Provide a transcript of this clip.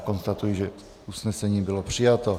Konstatuji, že usnesení bylo přijato.